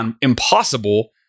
impossible